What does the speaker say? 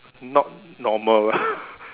not normal lah